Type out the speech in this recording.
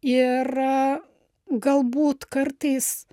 ir galbūt kartais